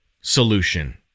solution